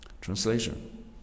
Translation